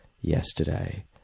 yesterday